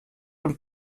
und